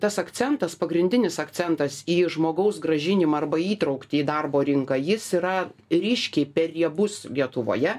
tas akcentas pagrindinis akcentas į žmogaus grąžinimą arba įtrauktį į darbo rinką jis yra ryškiai per riebus lietuvoje